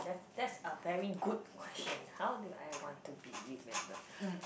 that's a very good question how do I want to be remembered